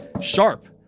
sharp